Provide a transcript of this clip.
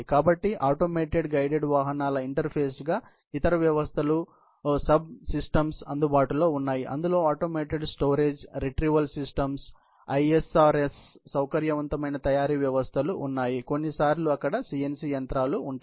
కాబట్టి automated guided వాహనాల ఇంటర్ఫేస్గా ఇతర వ్యవస్థలు ఉపవ్యవస్థలు అందుబాటులో ఉన్నాయి ఇందులో automated storage retrieval systems ISRS సౌకర్యవంతమైన తయారీ వ్యవస్థలు ఉన్నాయి కొన్నిసార్లు అక్కడ CNC యంత్రాలు ఉంటాయి